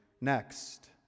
next